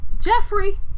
Jeffrey